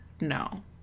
No